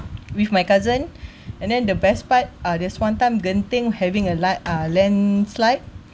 with my cousin and then the best part uh there's one time genting having a li~ uh landslide